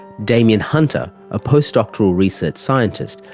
damien hunter, a postdoctoral research scientist,